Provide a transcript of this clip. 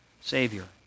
Savior